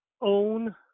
own